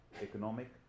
economic